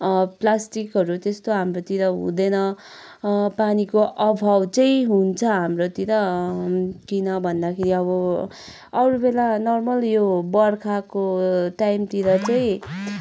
प्लास्टिकहरू त्यस्तो हाम्रोतिर हुँदैन पानीको अभाव चाहिँ हुन्छ हाम्रोतिर किन भन्दाखेरि अब अरू बेला नर्मल यो बर्खाको टाइमतिर चाहिँ